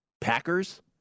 Packers